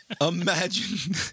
Imagine